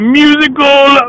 musical